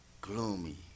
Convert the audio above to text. gloomy